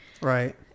Right